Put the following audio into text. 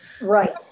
Right